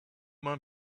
man